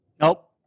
Nope